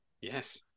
Yes